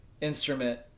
instrument